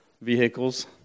vehicles